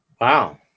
Wow